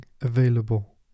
available